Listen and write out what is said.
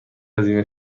هزینه